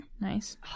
nice